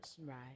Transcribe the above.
Right